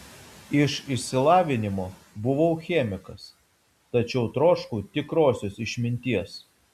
iš išsilavinimo buvau chemikas tačiau troškau tikrosios išminties